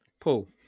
Paul